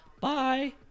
Bye